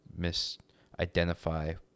misidentify